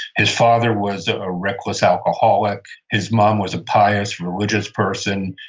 his father was a reckless alcoholic. his mom was a pious, religious person.